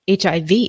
HIV